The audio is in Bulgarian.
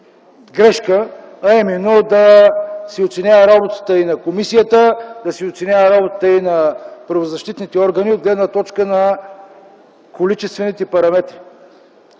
а именно да се оценява работата на комисията, да се оценява работата и на правозащитните органи от гледна точка на количествените параметри.